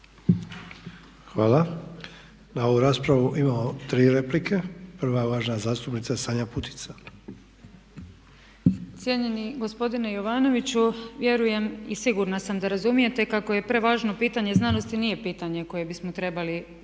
Hvala. Na ovu raspravu imamo 3 replike. Prva je uvažena zastupnica Sanja Putica. **Putica, Sanja (HDZ)** Cijenjeni gospodine Jovanoviću vjerujem i sigurna sam da razumijete kako je prevažno pitanje znanosti, to nije pitanje koje bismo trebali politizirati